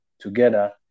Together